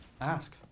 ask